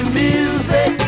music